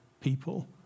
people